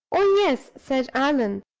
oh, yes! said allan.